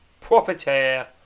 proprietor